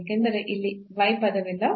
ಏಕೆಂದರೆ ಇಲ್ಲಿ y ನ ಪದವಿಲ್ಲ